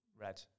red